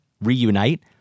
reunite